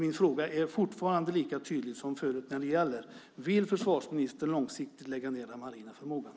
Min fråga är fortfarande lika tydlig som förut: Vill försvarsministern långsiktigt lägga ned den marina förmågan?